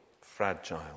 fragile